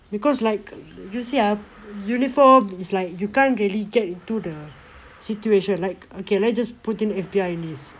because like you see ah uniform is like you can't really get into the situation like okay let's just put in F_B_I in this